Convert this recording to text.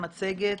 המצגת